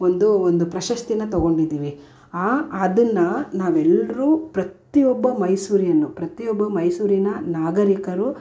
ಒಂದು ಒಂದು ಪ್ರಶಸ್ತಿನ ತಗೋಂಡಿದಿವಿ ಆ ಅದನ್ನು ನಾವೆಲ್ಲರೂ ಪ್ರತಿ ಒಬ್ಬ ಮೈಸೂರಿಯನು ಪ್ರತಿ ಒಬ್ಬ ಮೈಸೂರಿನ ನಾಗರಿಕರು